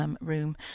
room